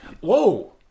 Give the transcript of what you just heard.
Whoa